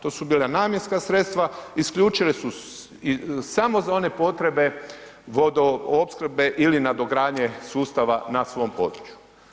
To su bila namjenska sredstva isključivo za one potrebe vodoopskrbe ili nadogradnje sustava na svom području.